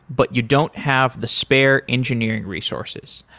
but you don't have the spare engineering resources.